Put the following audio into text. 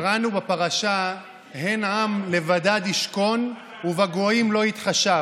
קראנו בפרשה: "הן עם לבדד ישכן ובגוים לא יתחשב".